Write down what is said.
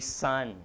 son